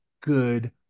good